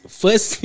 first